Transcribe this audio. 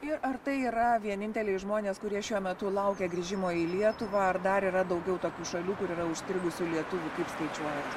ir ar tai yra vieninteliai žmonės kurie šiuo metu laukia grįžimo į lietuvą ar dar yra daugiau tokių šalių kur yra užstrigusių lietuvių kaip skaičiuojat